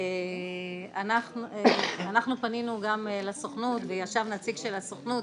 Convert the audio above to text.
אנחנו פנינו גם לסוכנות, ישב נציג של הסוכנות